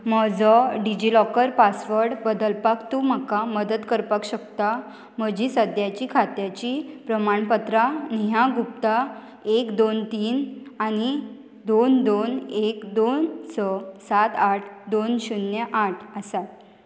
म्हजो DigiLocker password बदलपाक तूं म्हाका मदत करपाक शकता म्हजी सद्याची खात्याची प्रमाणपत्रां नेहा गुप्त एक दोन तीन आनी दोन दोन एक दोन स सात आठ दोन शुन्य आठ आसा